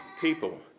people